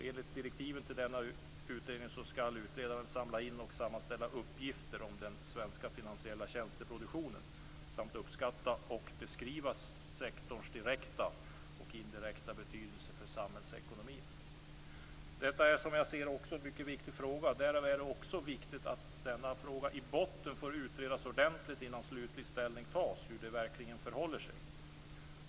Enligt direktiven till denna utredning skall utredaren samla in och sammanställa uppgifter om den svenska finansiella tjänsteproduktionen samt uppskatta och beskriva sektorns direkta och indirekta betydelse för samhällsekonomin. Detta är, som jag ser det, en mycket viktig fråga. Därför är det också viktigt att denna fråga i botten får utredas ordentligt, om hur det verkligen förhåller sig, innan slutlig ställning tas.